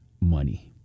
money